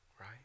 right